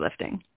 lifting